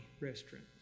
Restaurant